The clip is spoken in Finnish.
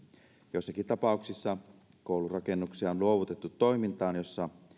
joissakin tapauksissa koulurakennuksia on luovutettu toimintaan jossa